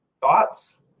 Thoughts